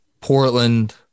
Portland